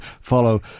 follow